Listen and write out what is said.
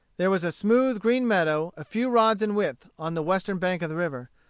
there was a smooth green meadow a few rods in width on the western bank of the river,